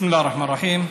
בסם אללה א-רחמאן א-רחים.